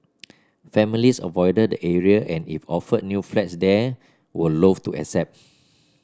families avoided the area and if offered new flats there were loathe to accept